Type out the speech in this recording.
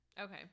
Okay